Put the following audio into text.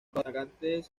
atacantes